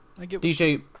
DJ